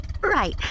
Right